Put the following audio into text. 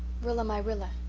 rilla-my-rilla,